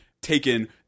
taken –